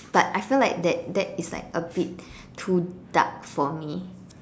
but I felt like that that is like a bit too dark for me